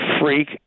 freak